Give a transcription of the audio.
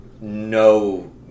no